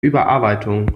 überarbeitung